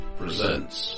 presents